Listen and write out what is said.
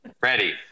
Ready